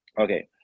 Okay